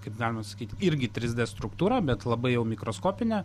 kaip galima sakyt irgi trys d struktūrą bet labai jau mikroskopinę